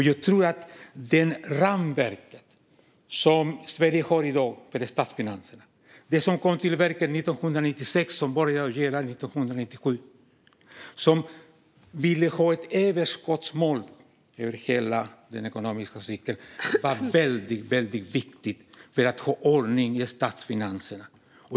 Jag tror att det ramverk som Sverige i dag har för sina statsfinanser - det som kom till 1996 och började gälla 1997 - och där man eftersträvar ett överskottsmål över hela den ekonomiska cykeln är väldigt viktigt för att hålla ordning i statsfinanserna.